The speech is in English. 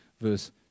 verse